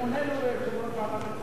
ההצעה להעביר את הנושא לוועדת הכספים נתקבלה.